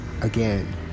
again